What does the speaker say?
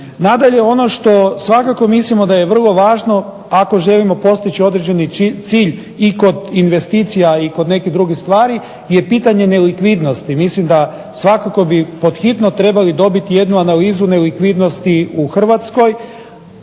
Nadalje, ono što svakako mislimo da je vrlo važno ako želimo postići određeni cilj i kod investicija i kod nekih drugih stvari je pitanje nelikvidnosti. Mislim da svakako bi pod hitno trebali dobiti jednu analizu nelikvidnosti u Hrvatskoj